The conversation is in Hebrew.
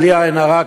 בלי עין הרע,